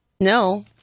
No